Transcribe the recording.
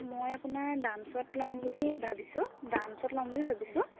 মই আপোনাৰ ডাঞ্চত ল'ম বুলি ভাবিছোঁ ডাঞ্চত ল'ম বুলি ভাবিছোঁ